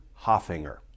Hoffinger